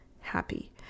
happy